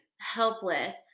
helpless